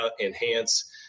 enhance